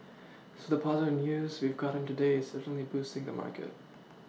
so the positive news we've gotten today is certainly boosting the market